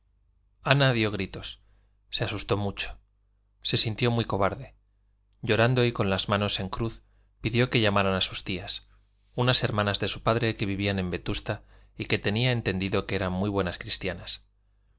ana dio gritos se asustó mucho se sintió muy cobarde llorando y con las manos en cruz pidió que llamaran a sus tías unas hermanas de su padre que vivían en vetusta y que tenía entendido que eran muy buenas cristianas